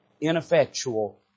ineffectual